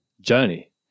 journey